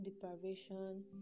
deprivation